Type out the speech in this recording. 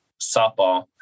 softball